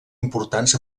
importants